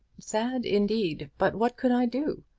sad indeed! but what could i do?